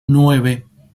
nueve